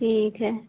ठीक है